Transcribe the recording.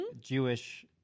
Jewish